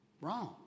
wrong